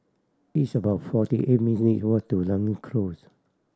it's about forty eight minute walk to Close